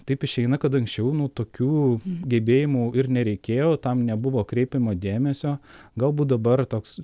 taip išeina kad anksčiau nu tokių gebėjimų ir nereikėjo tam nebuvo kreipiama dėmesio galbūt dabar toks